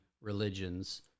religions